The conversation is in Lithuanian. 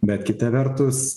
bet kita vertus